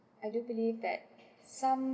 I do believe that some